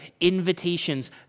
invitations